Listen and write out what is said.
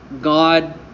God